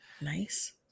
Nice